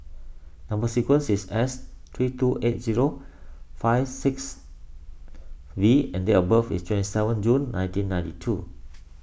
Number Sequence is S three two eight zero five six V and date of birth is twenty seven June nineteen ninety two